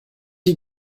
die